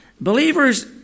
believers